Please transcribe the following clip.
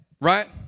right